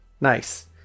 Nice